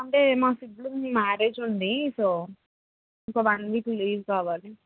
అంటే మా sibling marriage ఉంది సో ఒక వన్ వీక్ లీవ్ కావాలి